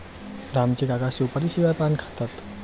राम चे काका सुपारीशिवाय पान खातात